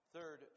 Third